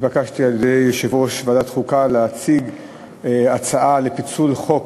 התבקשתי על-ידי יושב-ראש ועדת החוקה להציג הצעה לפיצול הצעת